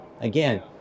Again